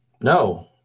No